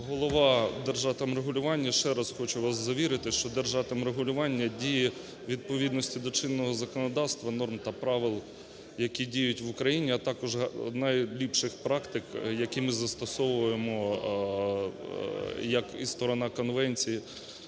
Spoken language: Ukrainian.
голова "Держатомрегулювання" ще раз хочу вас завірити, що "Держатомрегулювання" діє у відповідності до чинного законодавства, норм та правил, які діють в Україні, а також найліпших практик, які ми застосовуємо як і сторона конвенції